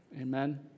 Amen